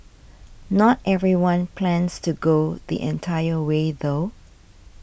not everyone plans to go the entire way though